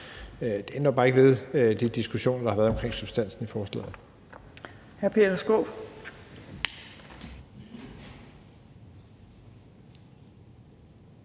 det ændrer jo bare ikke ved de diskussioner, der har været omkring substansen i forslaget.